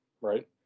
right